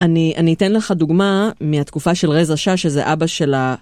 אני אתן לך דוגמה מהתקופה של רז אשה שזה אבא של ה…